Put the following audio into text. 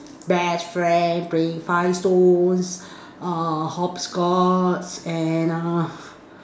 best friend playing five stones uh hop scotch and err